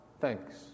thanks